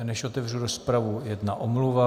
Než otevřu rozpravu, jedna omluva.